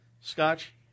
Scotch